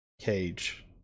cage